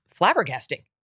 flabbergasting